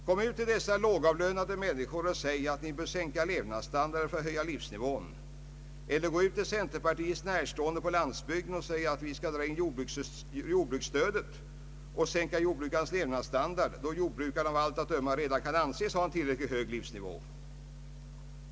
Kom ut till dessa lågavlönade människor och säg att ni bör sänka levnadsstandarden för att höja livsnivån! Eller gå ut till centerpartiets närstående på landsbygden och säg att vi skall dra in jordbruksstödet och sänka jordbrukarnas levnadsstandard, då jordbrukar na av allt att döma redan kan anses ha en tillräckligt hög livsnivå!